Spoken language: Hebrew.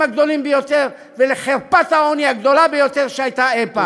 הגדולים ביותר ולחרפת העוני הגדולה ביותר שהייתה אי-פעם.